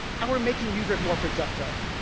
and we're making users more productive.